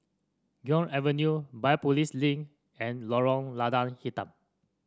Guok Avenue Biopolis Link and Lorong Lada Hitam